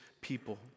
people